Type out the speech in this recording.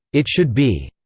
it should be.